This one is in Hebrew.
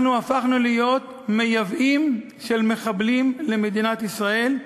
אנחנו הפכנו להיות מייבאים של מחבלים למדינת ישראל,